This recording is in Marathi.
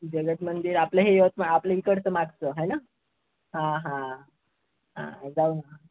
जगतमंदिर आपलं हे यवतमाळ आपल्या इकडचं मागचं आहे ना हां हां हां जाऊ ना